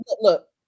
Look